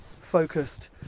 focused